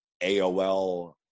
AOL